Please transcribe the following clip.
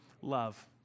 love